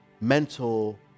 mental